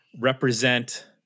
represent